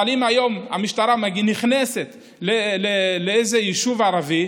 אבל אם היום המשטרה נכנסת ליישוב ערבי,